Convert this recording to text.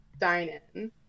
dine-in